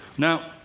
now,